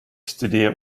studeer